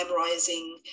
memorizing